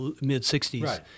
mid-60s